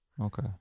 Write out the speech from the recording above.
Okay